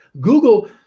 Google